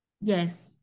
yes